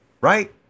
right